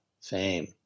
fame